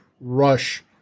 rush